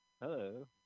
Hello